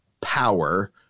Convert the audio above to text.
power